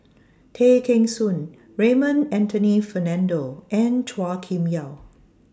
Tay Kheng Soon Raymond Anthony Fernando and Chua Kim Yeow